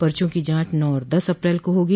पर्चो की जांच नौ और दस अप्रैल को होगी